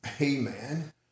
amen